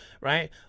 right